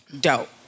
Dope